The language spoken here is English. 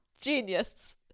Genius